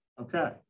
okay